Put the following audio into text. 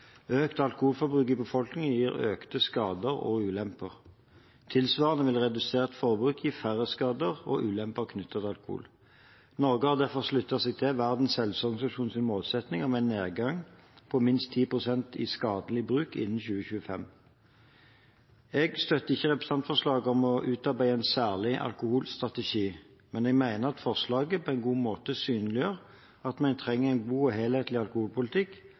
Økt alkoholforbruk i befolkningen gir økte skader og ulemper. Tilsvarende vil redusert forbruk gi færre skader og ulemper knyttet til alkohol. Norge har derfor sluttet seg til Verdens helseorganisasjons målsetting om en nedgang på minst 10 pst. i skadelig bruk innen 2025. Jeg støtter ikke representantforslaget om å utarbeide en særlig alkoholstrategi, men jeg mener at forslaget på en god måte synliggjør at vi trenger en god og helhetlig alkoholpolitikk.